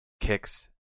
kicks